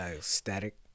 static